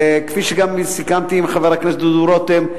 כפי שגם סיכמתי עם חבר הכנסת דודו רותם,